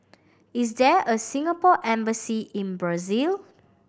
is there a Singapore Embassy in Brazil